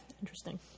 interesting